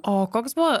o koks buvo